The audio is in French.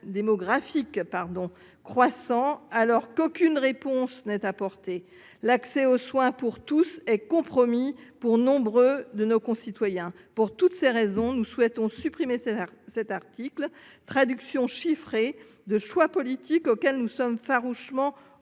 démographique croît, et aucune réponse n’est apportée. L’accès aux soins pour tous est compromis pour nombre de nos concitoyens. Pour toutes ces raisons, nous souhaitons supprimer cet article, traduction chiffrée de choix politiques auxquels nous sommes farouchement opposés.